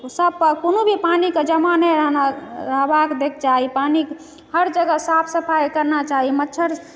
सबपर कोनो भी पानिके जमा नहि रहबाक दै कए चाही पानि हर जगह साफ सफाइ करना चाही मच्छर